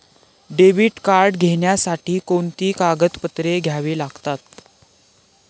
Debit card घेण्यासाठी कोणती कागदपत्रे द्यावी लागतात?